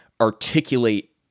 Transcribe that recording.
articulate